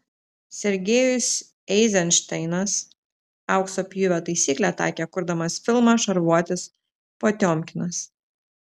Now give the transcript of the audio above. sergejus eizenšteinas aukso pjūvio taisyklę taikė kurdamas filmą šarvuotis potiomkinas